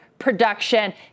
production